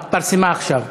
התפרסמה עכשיו,